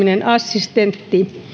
assistenttia